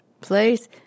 place